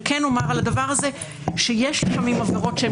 אני אומר על הדבר הזה שיש פעמים עבירות שהן